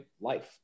life